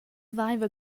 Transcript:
vaiva